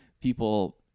people